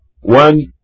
one